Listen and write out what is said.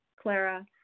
Clara